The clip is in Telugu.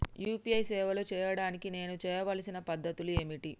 యూ.పీ.ఐ సేవలు చేయడానికి నేను చేయవలసిన పద్ధతులు ఏమిటి?